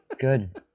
Good